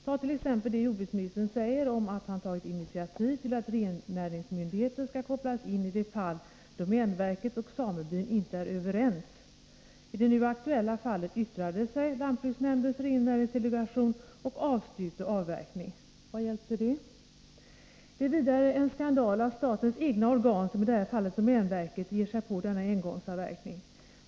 det jordbruksministern säger om att han tagit initiativ till att rennäringsmyndigheten skall kopplas in i de fall domänverket och samebyn inte är överens. I det nu aktuella fallet yttrade sig lantbruksnämndens rennäringsdelegation och avstyrkte avverkning. Vad hjälpte det? Det är vidare en skandal att statens egna organ, som i det här fallet domänverket, ger sig på denna engångsavverkning.